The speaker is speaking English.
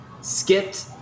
skipped